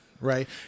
Right